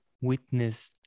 witnessed